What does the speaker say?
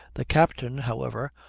the captain, however,